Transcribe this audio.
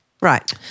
Right